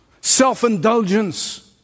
self-indulgence